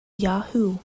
yahoo